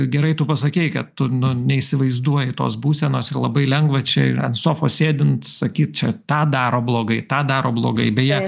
gerai tu pasakei kad tu nu neįsivaizduoji tos būsenos ir labai lengva čia ir ant sofos sėdint sakyt čia tą daro blogai tą daro blogai beje